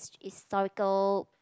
historical